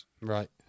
right